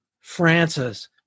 Francis